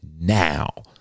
now